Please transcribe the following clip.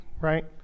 right